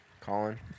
Colin